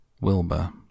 Wilbur